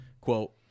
quote